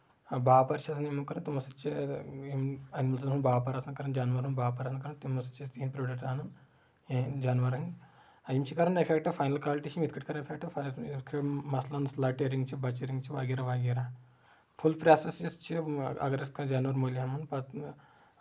باپار چھ یِمن کران تِمن سۭتۍ چھِ یِم ایٚنٛملزن ہُنٛد باپار آسان کران جانورَن ہُنٛد باپار کران آسان تِمن سۭتۍ چھِ أسۍ تِہنٛدۍ بروڈکٹ اَنان یہنٛد جانوارَن یہٕنٛدۍ یِم چھِ کران اِفیٚکٹ فایٚنل کالِٹی چھِ یِتھۍ پٲٹھۍ کران اِفیٚکٹ مسلَن سلاٹرنگ بچرنگ چھِ وغیرہ وغیرہ فُل پروسیس یُس چُھ اَگر أسۍ کانٛہہ جانور مٔلۍ ہیٚمو پَتہٕ